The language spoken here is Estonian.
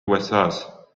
usas